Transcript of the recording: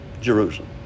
Jerusalem